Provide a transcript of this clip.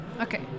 Okay